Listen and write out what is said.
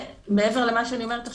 מעבר למה שאני אומרת עכשיו,